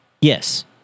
Yes